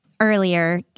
earlier